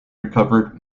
recovered